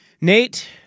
Nate